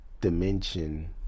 dimension